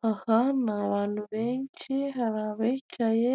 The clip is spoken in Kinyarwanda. Mu kibuga cyigishirizwamo gutwara amapikipiki,